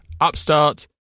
Upstart